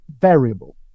variable